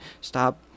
Stop